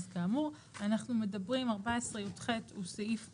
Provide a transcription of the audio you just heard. כאמור";" אנחנו מדברים על 14יח שהוא סעיף עונשין,